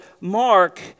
Mark